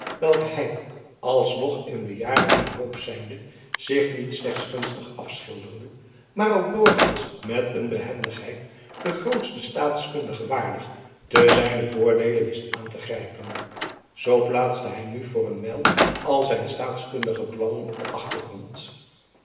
welke hij alsnog in de jaren der hoop zijnde zich niet slechts gunstig afschilderde maar ook doorgaans met een behendigheid den grootsten staatkundige waardig te zijnen voordeele wist aan te grijpen zoo plaatste hij nu voor een wijl al zijn staatzuchtige plannen op den achtergrond